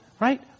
right